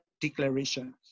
declarations